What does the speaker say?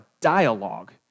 dialogue